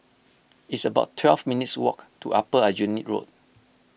it's about twelve minutes' walk to Upper Aljunied Road